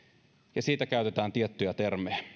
ja siitä käytetään tiettyjä termejä